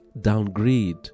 downgrade